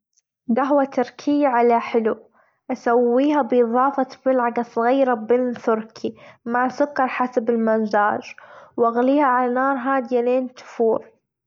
جهوة تركية على حلو أسويها بإظافة ملعجة صغيرة بن تركي مع سكر حسب المزاج، وأغليها على نار هادية لين تفور.